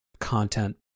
content